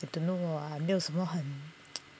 don't know hor 没有什么很